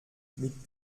mit